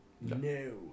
No